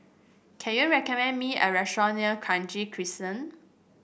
can you recommend me a restaurant near Kranji Crescent